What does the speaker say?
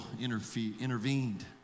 intervened